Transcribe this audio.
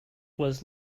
was